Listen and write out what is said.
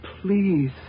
please